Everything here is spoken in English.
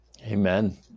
Amen